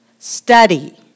Study